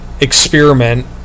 experiment